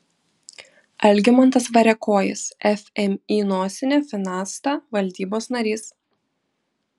algimantas variakojis fmį finasta valdybos narys